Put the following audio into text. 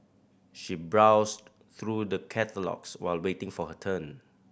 she browsed through the catalogues while waiting for her turn